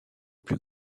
plus